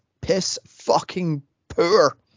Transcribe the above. piss-fucking-poor